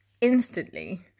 instantly